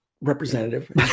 representative